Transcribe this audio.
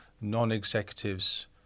Non-executives